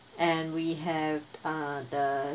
and we have uh the